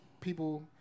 people